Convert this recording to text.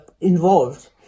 involved